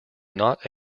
not